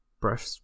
brush